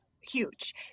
huge